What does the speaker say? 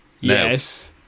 yes